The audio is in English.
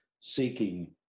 seeking